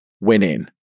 winning